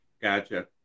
Gotcha